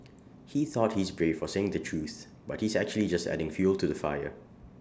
he thought he's brave for saying the truth but he's actually just adding fuel to the fire